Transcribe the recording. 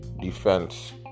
defense